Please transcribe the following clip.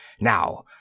Now